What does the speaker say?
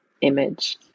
image